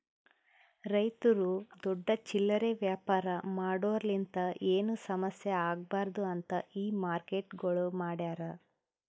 ರೈತುರು ದೊಡ್ಡ ಚಿಲ್ಲರೆ ವ್ಯಾಪಾರ ಮಾಡೋರಲಿಂತ್ ಏನು ಸಮಸ್ಯ ಆಗ್ಬಾರ್ದು ಅಂತ್ ಈ ಮಾರ್ಕೆಟ್ಗೊಳ್ ಮಾಡ್ಯಾರ್